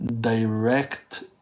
direct